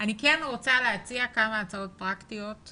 אני כן רוצה להציע כמה הצעות פרקטיות,